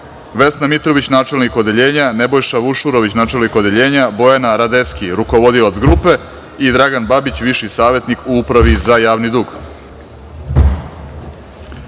Vesna Mitrović, načelnik odeljenja, Nebojša Vušurović, načelnik odeljenja, Bojana Radeski, rukovodilac grupe i Dragan Babić, viši savetnik u Upravi za javni